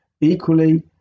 Equally